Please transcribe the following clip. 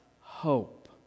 hope